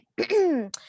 Okay